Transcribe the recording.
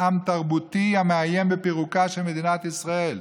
עם תרבותי המאיים בפירוקה של מדינת ישראל.